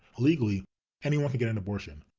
legally anyone forget an abortion,